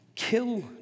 Kill